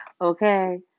okay